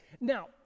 Now